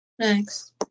Thanks